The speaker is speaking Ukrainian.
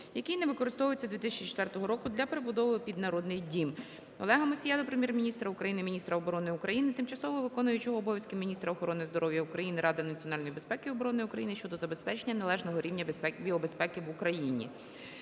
який не використовується з 2004 року, для перебудови під Народний дім. Олега Мусія до Прем'єр-міністра України, міністра оборони України, тимчасово виконуючої обов'язки міністра охорони здоров'я України, Ради національної безпеки і оборони України щодо забезпечення належного рівня його безпеки в Україні.